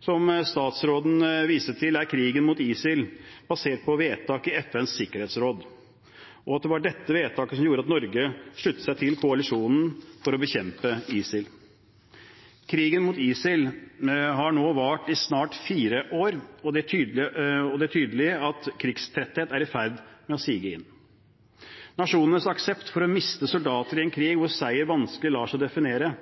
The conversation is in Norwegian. Som statsråden viste til, er krigen mot ISIL basert på et vedtak i FNs sikkerhetsråd, og at det var dette vedtaket som gjorde at Norge sluttet seg til koalisjonen for å bekjempe ISIL. Krigen mot ISIL har nå vart i snart fire år, og det er tydelig at krigstretthet er i ferd med å sige inn. Nasjonenes aksept for å miste soldater i en krig hvor seier vanskelig lar seg definere,